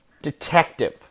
detective